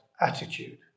attitude